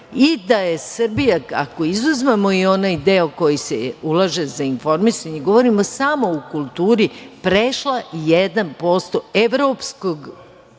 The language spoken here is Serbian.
i da je Srbija, ako izuzmemo i onaj deo koji se ulaže za informisanje i govorimo samo o kulturi, prešla 1% evropskog